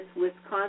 Wisconsin